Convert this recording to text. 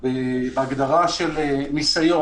גם החוויה הזאת מספיקה או לא.